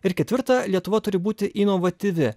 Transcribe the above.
ir ketvirta lietuva turi būti inovatyvi